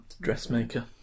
Dressmaker